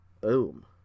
boom